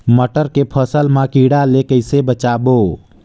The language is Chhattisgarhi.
मटर के फसल मा कीड़ा ले कइसे बचाबो?